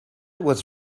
was